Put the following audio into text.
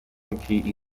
key